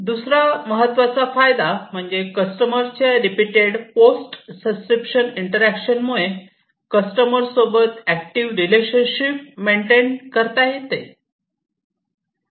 दुसरा महत्वाचा फायदा म्हणजे कस्टमरच्या रिपीटटेड पोस्ट सबस्क्रीप्शन इंटरॅक्शन मुळे कस्टमर सोबत ऍक्टिव्ह रिलेशनशिप मेंटेन करता येते